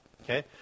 okay